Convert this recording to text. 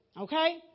Okay